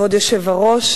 כבוד היושב-ראש,